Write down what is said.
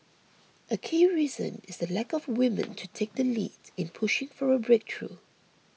a key reason is the lack of women to take the lead in pushing for a breakthrough